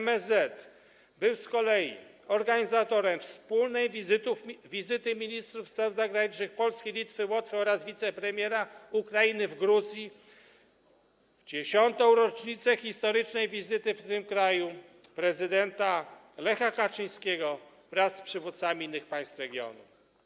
MSZ było z kolei organizatorem wspólnej wizyty ministrów spraw zagranicznych Polski, Litwy, Łotwy oraz wicepremiera Ukrainy w Gruzji w 10. rocznicę historycznej wizyty w tym kraju prezydenta Lecha Kaczyńskiego wraz z przywódcami innych państw regionu.